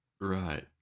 Right